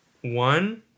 one